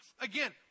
again